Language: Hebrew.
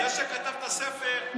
זה שכתב את הספר איך מנצחים את הקורונה.